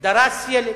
דרס ילד.